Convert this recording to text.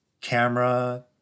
Camera